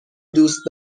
دوست